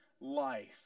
life